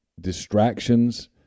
distractions